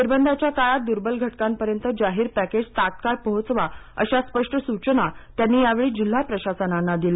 निर्बंधाच्या काळात दुर्बल घटकांपर्यंत जाहीर पॅकेजचा तात्काळ पोहोचवा अशा स्पष्ट सूचना त्यांनी यावेळी जिल्हा प्रशासनांना दिल्या